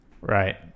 right